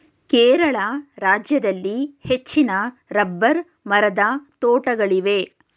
ಕೇರಳ ರಾಜ್ಯದಲ್ಲಿ ಹೆಚ್ಚಿನ ರಬ್ಬರ್ ಮರದ ತೋಟಗಳಿವೆ